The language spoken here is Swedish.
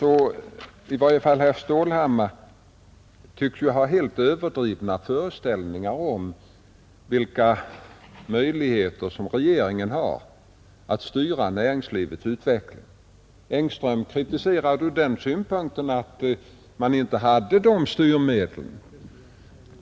I varje fall herr Stålhammar tycks ha helt överdrivna föreställningar om vilka möjligheter regeringen har att styra näringslivets utveckling. Herr Engström kritiserar förhållandet från den synpunkten att man inte har de styrmedlen.